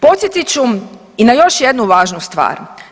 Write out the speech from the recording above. Podsjetit ću i na još jednu važnu stvar.